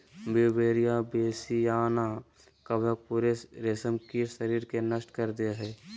Beauveria bassiana कवक पूरे रेशमकीट शरीर के नष्ट कर दे हइ